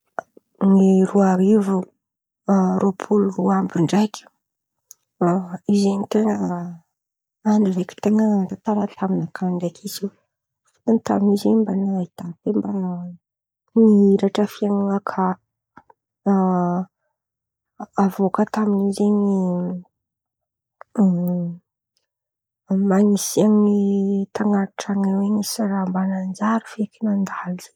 Ny roa arivo rôpolo roa amby ndraiky io zen̈y ten̈a andro raiky ten̈a nan̈ano-tantara taminakà ndraiky izy io fôtiny taminio zen̈y mba nahitako hoe nihiratra fiainan̈anakà. Avy eo kà tamin'io zen̈y anisan̈y tan̈aty tran̈onay nisy raha mba nanjary feky zen̈y mba nandalo zen̈y.